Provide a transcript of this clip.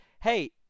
hey